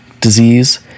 disease